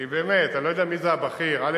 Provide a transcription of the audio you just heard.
כי באמת, אני לא יודע מי זה הבכיר, א.